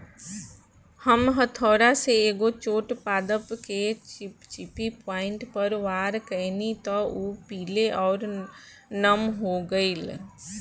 हम हथौड़ा से एगो छोट पादप के चिपचिपी पॉइंट पर वार कैनी त उ पीले आउर नम हो गईल